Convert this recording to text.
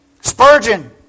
Spurgeon